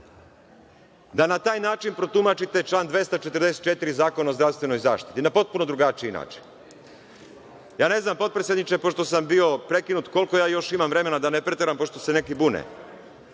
da na taj način protumačite član 244. Zakona o zdravstvenoj zaštiti, na potpuno drugačiji način? Ne znam, potpredsedniče, pošto sam bio prekinut, koliko još imam vremena, da ne preteram, pošto se neki bune.